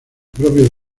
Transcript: propio